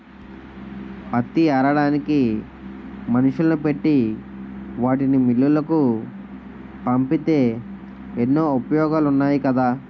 పత్తి ఏరడానికి మనుషుల్ని పెట్టి వాటిని మిల్లులకు పంపితే ఎన్నో ఉపయోగాలున్నాయి కదా